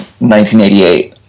1988